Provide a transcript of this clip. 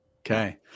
Okay